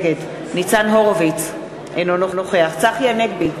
נגד ניצן הורוביץ, אינו נוכח צחי הנגבי,